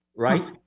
right